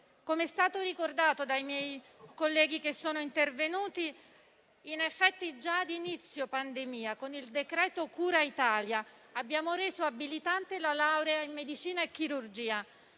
Come è stato ricordato dai miei colleghi che sono intervenuti, in effetti già da inizio pandemia con il decreto cura Italia abbiamo reso abilitante la laurea in medicina e chirurgia